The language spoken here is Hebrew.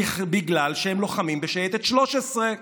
בגלל שהם לוחמים בשייטת 13,